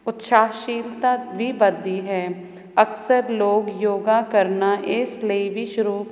ਉਤਸ਼ਾਹ ਸ਼ੀਲਤਾ ਵੀ ਵੱਧਦੀ ਹੈ ਅਕਸਰ ਲੋਕ ਯੋਗਾ ਕਰਨਾ ਇਸ ਲਈ ਵੀ ਸ਼ੁਰੂ